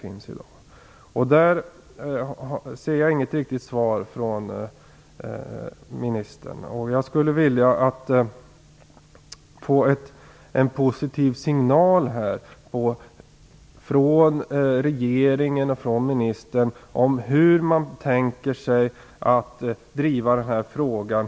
Här tycker jag inte att jag har fått något riktigt svar från ministern. Jag skulle vilja veta hur regeringen och ministern tänker sig att driva denna fråga.